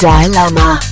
Dilemma